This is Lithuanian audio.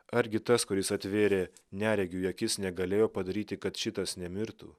argi tas kuris atvėrė neregiui akis negalėjo padaryti kad šitas nemirtų